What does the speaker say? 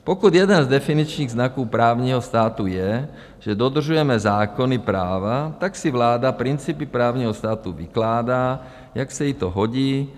Pokud jeden z definičních znaků právního státu je, že dodržujeme zákony práva, tak si vláda principy právního státu vykládá, jak se jí to hodí.